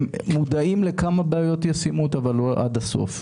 הם מודעים לכמה בעיות ישימות אבל לא עד הסוף,